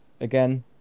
Again